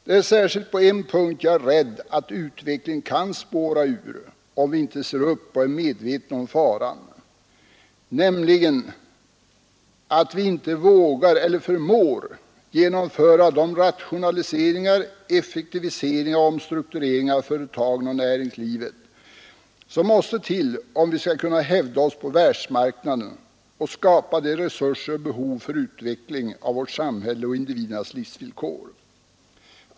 Det är särskilt på en punkt jag är rädd att utvecklingen kan spåra ur, om vi inte ser upp och är medvetna om faran, nämligen att vi inte vågar eller förmår genomföra de rationaliseringar, effektiviseringar och omstruktureringar av företagen och näringslivet som måste till om vi skall kunna hävda oss på världsmarknaden och skapa de resurser som behövs för utveckling av vårt samhälle och individernas livsvillkor.